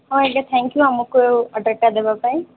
ହଁ ଆଜ୍ଞା ଥ୍ୟାଙ୍କୁ ଆମକୁ ଅର୍ଡର୍ଟା ଦେବା ପାଇଁ